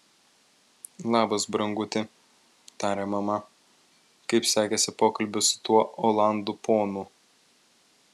labas branguti tarė mama kaip sekėsi pokalbis su tuo olandų ponu